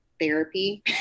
therapy